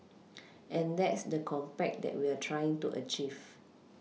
and that's the compact that we're trying to achieve